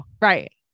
Right